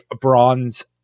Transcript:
bronze